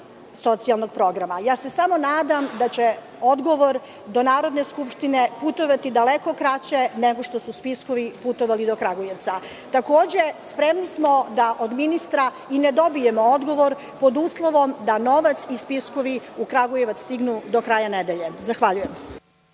socijalnog programa? Samo se nadam da će odgovor do Narodne skupštine putovati daleko kraće nego što su spiskovi putovali do Kragujevca. Takođe, spremni smo da od ministra i ne dobijemo odgovor, pod uslovom da novac i spiskovi u Kragujevac stignu do kraja nedelje. Zahvaljujem.